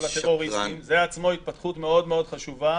זו בעצמה התפתחות מאוד חשובה.